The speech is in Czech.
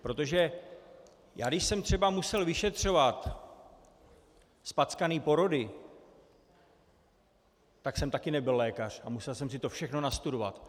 Protože já když jsem třeba musel vyšetřovat zpackané porody, tak jsem také nebyl lékař a musel jsem si to všechno nastudovat.